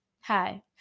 hi